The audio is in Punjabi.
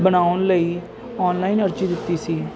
ਬਣਾਉਣ ਲਈ ਆਨਲਾਈਨ ਅਰਜ਼ੀ ਦਿੱਤੀ ਸੀ